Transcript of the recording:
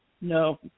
No